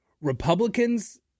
Republicans